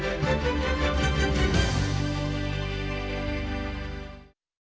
Дякую.